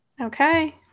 Okay